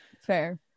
Fair